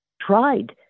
tried